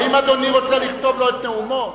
האם אדוני רוצה לכתוב לו את נאומו?